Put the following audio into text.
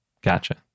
Gotcha